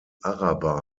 araber